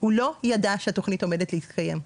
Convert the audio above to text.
הוא לא ידע שהתוכנית עומדת להתקיים.